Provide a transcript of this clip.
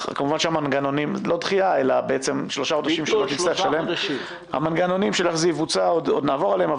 המנגנונים של איך זה יבוצע עוד נעבור עליהם,